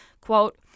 quote